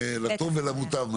לטוב ולמוטב.